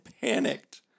panicked